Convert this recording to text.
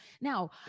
Now